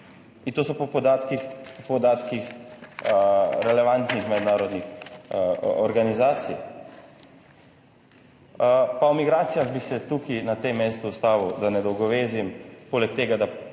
to so po podatkih relevantnih mednarodnih organizacij. Pa o migracijah bi se tukaj na tem mestu ustavil, da ne dolgovezim poleg tega, da